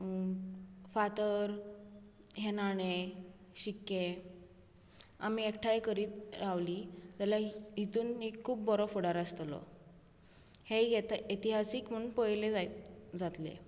फातर हे नाणे शिक्के आमी एकठांय करीत रावलीं जाल्यार इतून एक खूब बरो फुडार आसतलो हे इतिहासीक म्हूण पयिल्ले जातले